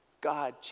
God